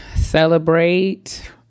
celebrate